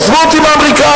עזבו אותי מהאמריקנים,